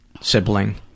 sibling